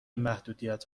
محدودیت